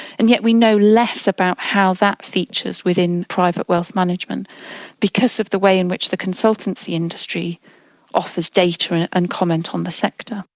and yet we know less about how that features within private wealth management because of the way in which the consultancy industry offers data and and comment on the sector.